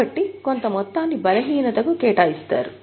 కాబట్టి కొంత మొత్తాన్ని బలహీనతకు కేటాయిస్తారు